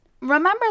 remember